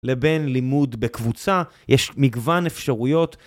לבין לימוד בקבוצה, יש מגוון אפשרויות